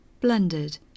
blended